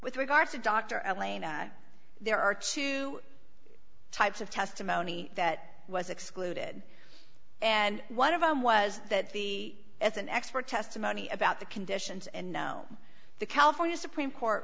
with regard to dr elena there are two types of testimony that was excluded and one of them was that the as an expert testimony about the conditions and nome the california supreme court